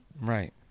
Right